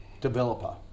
developer